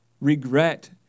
Regret